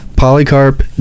Polycarp